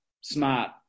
smart